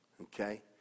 Okay